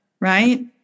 right